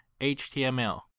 html